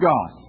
God